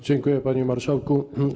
Dziękuję, panie marszałku.